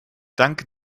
dank